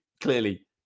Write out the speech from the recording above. clearly